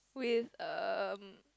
with um